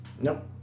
Nope